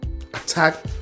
attack